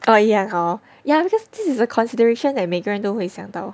oh ya hor ya because this is a consideration that 每个人都会想到